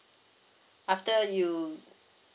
after you